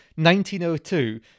1902